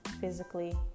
physically